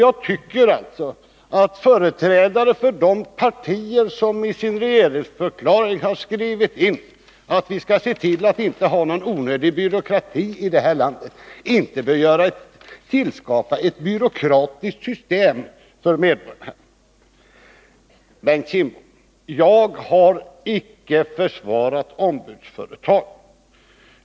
Jag tycker alltså att företrädare för de partier som i sin regeringsförklaring har skrivit in att vi skall se till att det inte är någon onödig byråkrati i det här landet inte bör skapa ett byråkratiskt system för medborgarna. Bengt Kindbom, jag har icke försvarat ombudsföretagen.